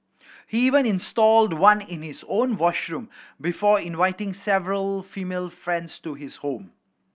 he even installed one in his own washroom before inviting several female friends to his home